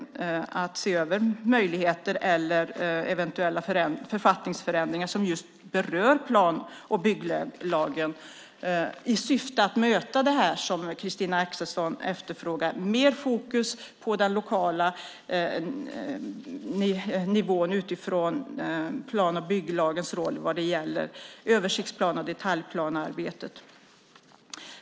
Det handlar om att se över möjligheter eller eventuella författningsförändringar som berör plan och bygglagen i syfte att möta det som Christina Axelsson efterfrågor. Det ska vara mer fokus på den lokala nivån utifrån plan och bygglagens roll vad gäller översiktsplane och detaljplanearbetet.